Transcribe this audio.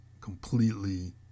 completely